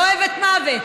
לא אוהבת מוות,